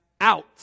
out